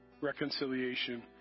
reconciliation